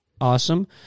awesome